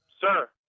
sir